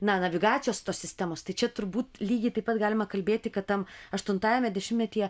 na navigacijos tos sistemos tai čia turbūt lygiai taip pat galima kalbėti kad tam aštuntajame dešimtmetyje